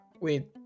wait